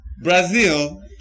Brazil